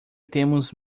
temos